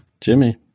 Jimmy